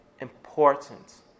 important